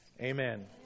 Amen